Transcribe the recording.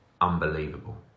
unbelievable